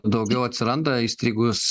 daugiau atsiranda įstrigus